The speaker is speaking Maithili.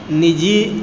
निजी